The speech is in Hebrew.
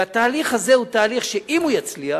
והתהליך הזה הוא תהליך שאם הוא יצליח,